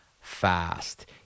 fast